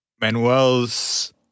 Manuel's